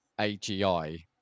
AGI